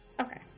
Okay